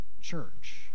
church